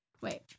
Wait